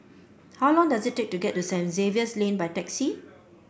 how long does it take to get to Saint Xavier's Lane by taxi